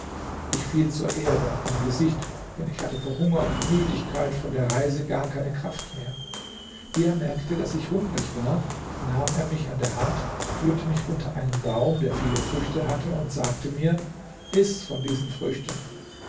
ich fiel zur erde auf mein gesicht denn ich hatte vor hunger und müdigkeit von der reise gar keine kraft mehr wie er merkte daß ich hungrig war nahm er mich an der hand führte mich unter einen baum der viele früchte hatte und sagte mir iß von diesen früchten